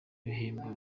bihembo